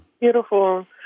Beautiful